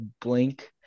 blink